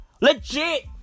Legit